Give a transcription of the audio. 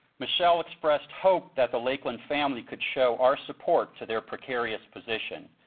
michelle expressed hope that the lakeland family could show our support to their precarious position.